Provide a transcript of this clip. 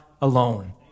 alone